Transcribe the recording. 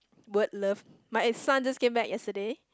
weird love my eh son just came back yesterday